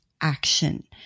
action